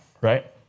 right